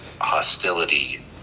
hostility